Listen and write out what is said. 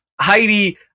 Heidi